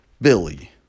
Billy